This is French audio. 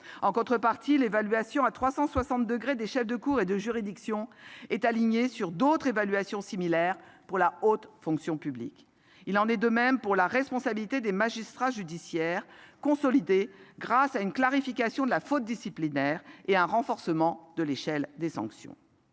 En contrepartie, l'évaluation à 360 degrés des chefs de cour et de juridiction est alignée sur d'autres évaluations similaires pour la haute fonction publique. Il en est de même pour la responsabilité des magistrats judiciaires, consolidée grâce à une clarification de la faute disciplinaire et à un renforcement de l'échelle des sanctions.